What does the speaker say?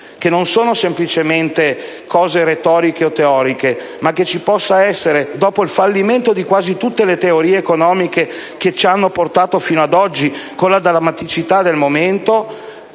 che non sono semplicemente realtà retoriche o teoriche. Si è infatti ritenuto che, dopo il fallimento di quasi tutte le teorie economiche che ci hanno portato fino ad oggi, con la drammaticità del momento,